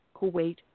Kuwait